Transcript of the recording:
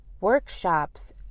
workshops